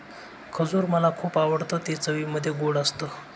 खजूर मला खुप आवडतं ते चवीमध्ये गोड असत